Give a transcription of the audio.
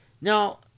Now